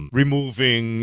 removing